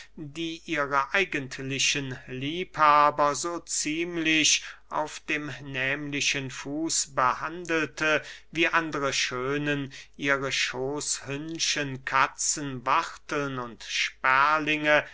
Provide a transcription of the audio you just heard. die ihre eigentlichen liebhaber so ziemlich auf dem nehmlichen fuß behandelte wie andere schönen ihre schoßhündchen katzen wachteln und sperlinge